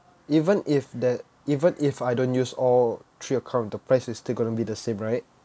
even if that even if I don't use all three account the price is still gonna be the same right